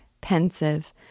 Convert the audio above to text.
pensive